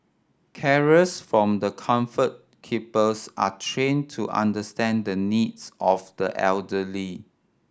carers from the Comfort Keepers are train to understand the needs of the elderly